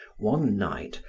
one night,